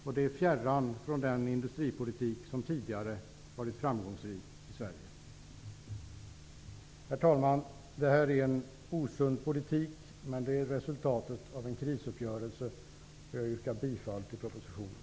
Och det är fjärran från den industripolitik som tidigare varit framgångsrik i Sverige. Herr talman! Detta är en osund politik, men den är resultatet av en krisuppgörelse. Jag yrkar därför bifall till propositionen.